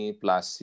plus